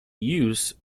use